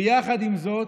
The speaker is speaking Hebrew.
ויחד עם זאת,